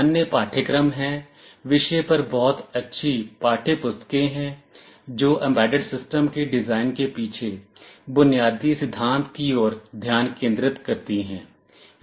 अन्य पाठ्यक्रम हैं विषय पर बहुत अच्छी पाठ्यपुस्तकें हैं जो एम्बेडेड सिस्टम के डिजाइन के पीछे बुनियादी सिद्धांत की ओर ध्यान केन्द्रित करती हैं